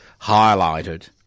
highlighted